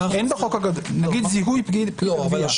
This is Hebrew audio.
זה